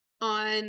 on